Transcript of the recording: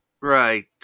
Right